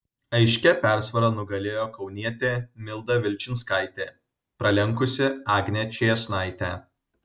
aiškia persvara nugalėjo kaunietė milda vilčinskaitė pralenkusi agnę čėsnaitę